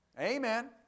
Amen